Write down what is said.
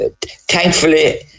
thankfully